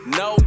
no